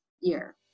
year